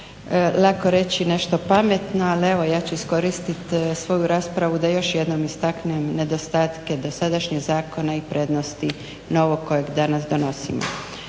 lako reći nešto pametno ali evo ja ću iskoristiti svoju raspravu da još jednom istaknem nedostatke dosadašnjeg zakona i prednosti novog kojeg danas donosimo.